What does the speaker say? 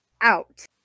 out